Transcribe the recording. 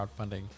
crowdfunding